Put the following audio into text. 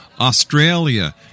Australia